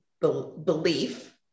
belief